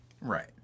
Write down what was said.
Right